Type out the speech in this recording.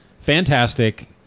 fantastic